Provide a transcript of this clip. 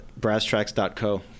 BrassTracks.co